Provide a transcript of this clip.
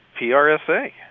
PRSA